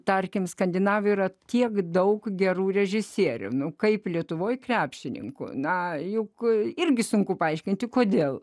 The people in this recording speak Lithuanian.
tarkim skandinavų yra tiek daug gerų režisierių kaip lietuvoje krepšininkų na juk irgi sunku paaiškinti kodėl